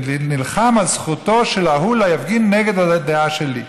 נלחם על זכותו של ההוא להפגין נגד הדעה שלי.